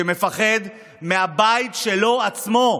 שמפחד מהבית שלו עצמו.